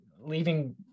leaving